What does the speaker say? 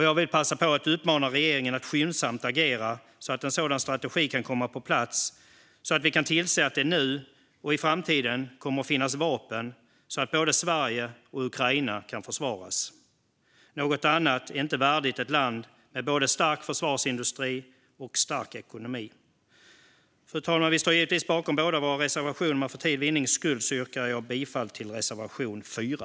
Jag vill passa på att uppmana regeringen att skyndsamt agera så att en sådan strategi kan komma på plats och så att vi kan tillse att det nu och i framtiden kommer att finnas vapen så att både Sverige och Ukraina kan försvaras. Något annat är inte värdigt ett land med både stark försvarsindustri och stark ekonomi. Fru talman! Vi står givetvis bakom båda våra reservationer, men för tids vinning yrkar jag bifall till reservation 4.